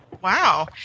Wow